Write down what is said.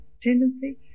tendency